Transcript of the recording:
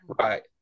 Right